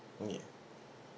ya